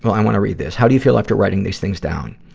but i want to read this. how do you feel after writing these things down?